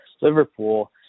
Liverpool